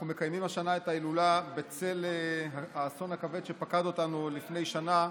אנחנו מקיימים השנה את ההילולה בצל של האסון הכבד שפקד אותנו לפני שנה,